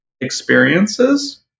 experiences